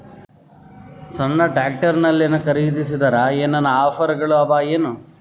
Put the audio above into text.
ಸಣ್ಣ ಟ್ರ್ಯಾಕ್ಟರ್ನಲ್ಲಿನ ಖರದಿಸಿದರ ಏನರ ಆಫರ್ ಗಳು ಅವಾಯೇನು?